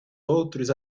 outros